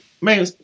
Man